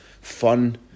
fun